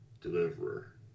deliverer